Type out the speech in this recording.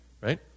right